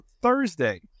Thursday